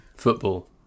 Football